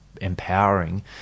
empowering